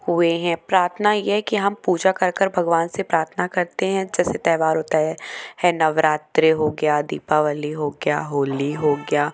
हुए हैं प्रार्थना यह है कि हम पूजा कर कर भगवान से प्रार्थना करते हैं जैसे त्यौहार होता है है नवरात्र हो गया दीपावली हो गया होली हो गया